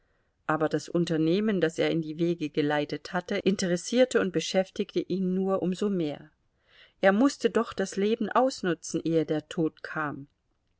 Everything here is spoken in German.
aber das unternehmen das er in die wege geleitet hatte interessierte und beschäftigte ihn nur um so mehr er mußte doch das leben ausnutzen ehe der tod kam